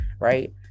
Right